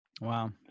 Wow